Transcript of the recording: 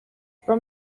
from